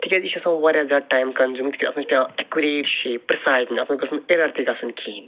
تِکیٛازِ یہِ چھُ آسان واریاہ زیادٕ ٹایم کَنزیٛوٗمِنٛگ تِکیٛازِ اَتھ مَنٛز چھِ پیٚوان ایٚکوریٹ شیپ پرٛسایز اَتھ منٛز گوٚژھ نہٕ ایٚرَر تہِ گَژھُن کِہیٖنۍ